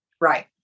Right